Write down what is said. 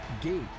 Gate